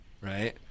Right